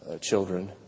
children